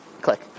Click